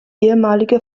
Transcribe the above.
ehemalige